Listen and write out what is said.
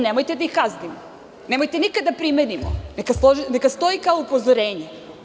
Nemojte da ih kaznimo, nemojte nikada da primenimo, neka stoji kao upozorenje.